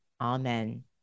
Amen